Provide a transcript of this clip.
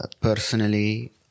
personally